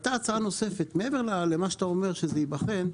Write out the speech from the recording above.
עלתה הצעה נוספת מעבר למה שאתה אומר שזה ייבחן,